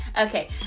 Okay